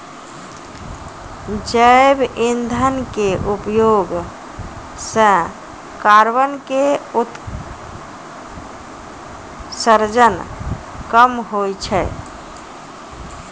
जैव इंधन के उपयोग सॅ कार्बन के उत्सर्जन कम होय छै